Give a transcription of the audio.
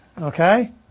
okay